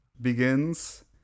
begins